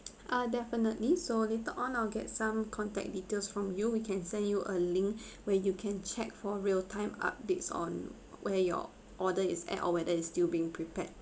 ah definitely so later on I'll get some contact details from you we can send you a link where you can check for real time updates on where your order is at or whether is still being prepared